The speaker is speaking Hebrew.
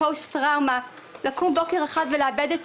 אבא שלי היה האחרון להתפנות מהמקום והוא לקח רק את הכלב.